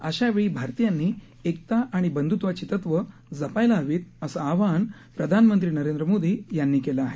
अशावेळी भारतीयांनी एकता आणि बंध्त्वाची तत्व जपायला हवीत असं आवाहन प्रधानमंत्री नरेंद्र मोदी यांनी केलं आहे